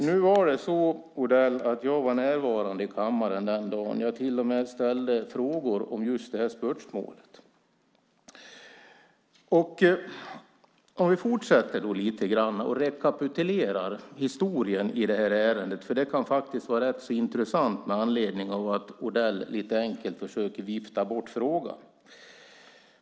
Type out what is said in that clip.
Herr talman! Jag var närvarande i kammaren den dagen, Odell. Jag ställde till och med frågor om just det här spörsmålet. Låt oss fortsätta lite grann med att rekapitulera historien i ärendet. Det kan faktiskt vara rätt så intressant med anledning av att Odell lite enkelt försöker vifta bort frågan.